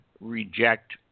reject